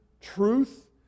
truth